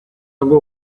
ago